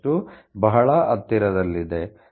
93 ಬಹಳ ಹತ್ತಿರದಲ್ಲಿದೆ